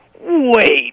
Wait